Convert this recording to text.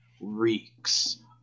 reeks